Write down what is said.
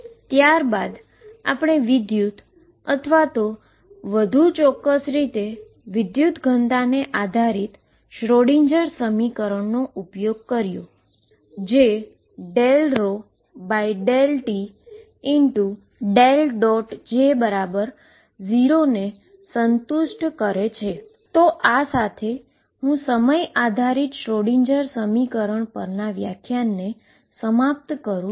ત્યારબાદ આપણે કરંટ અથવા વધુ ચોક્કસ રીતે કરંટ ડેન્સીટીને આધરિત શ્રોડિંજર સમીકરણનો ઉપયોગ કર્યો જે ∂ρ∂tj0 ને સંતુષ્ટ કરે છે તેથી આ સાથે હું સમય આધારીત શ્રોડિંજર સમીકરણ પરના આ વ્યાખ્યાનને સમાપ્ત કરું છું